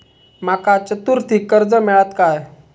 माका चतुर्थीक कर्ज मेळात काय?